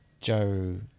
Joe